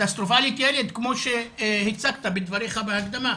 כמו שהצגת בדבריך בהקדמה,